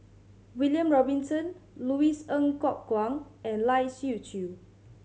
William Robinson Louis Ng Kok Kwang and Lai Siu Chiu